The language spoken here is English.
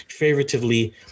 favoritively